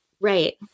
right